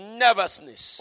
nervousness